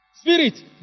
Spirit